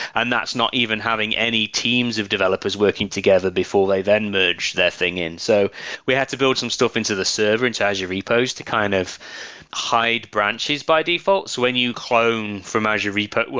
and that's not even having any teams of developers working together before they then merge their thing in. so we had to build some stuff into the server, inside your repos, to kind of hide branches by default. so when you clone from azure repo well,